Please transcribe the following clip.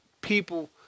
people